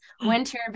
winter